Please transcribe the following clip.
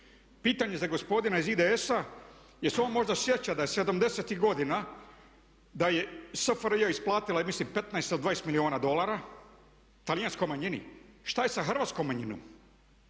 Pitanje za gospodina iz IDS-a jel' se on možda sjeća da je '70-ih godina da je SFRJ isplatila mislim 15 ili 20 milijuna dolara talijanskoj manjini? Što je sa hrvatskom manjinom?